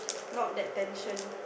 not that tension